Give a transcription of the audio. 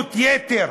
ביהירות יתר,